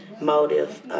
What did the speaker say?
motive